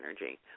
energy